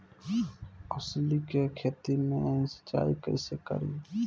अलसी के खेती मे सिचाई कइसे करी?